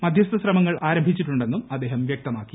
മധ്യസ്ഥ ശ്രമങ്ങൾ ആരംഭിച്ചിട്ടുണ്ടെന്നും അദ്ദേഹം വ്യക്തമാക്കി